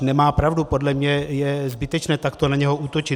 Nemá pravdu, podle mě je zbytečné takto na něho útočit.